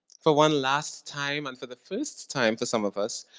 for one last time, and for the first time for some of us,